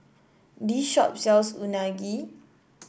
this shop sells Unagi